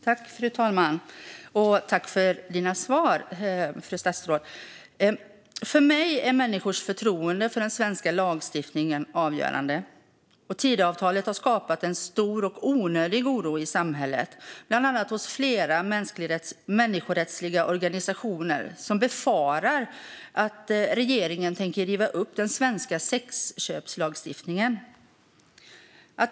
Fru talman! Tack för svaren, fru statsråd! För mig är människors förtroende för den svenska lagstiftningen avgörande. Tidöavtalet har skapat en stor och onödig oro i samhället, bland annat hos flera människorättsorganisationer som befarar att regeringen tänker riva upp den svenska sexköpslagstiftningen.